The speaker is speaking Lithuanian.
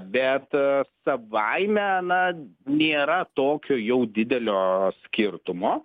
bet savaime na nėra tokio jau didelio skirtumo